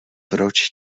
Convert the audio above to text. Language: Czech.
proč